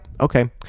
okay